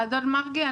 אדון מרגי,